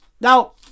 Now